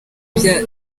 bya